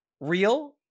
real